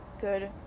good